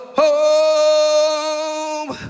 home